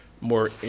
more